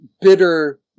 bitter